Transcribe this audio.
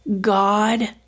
God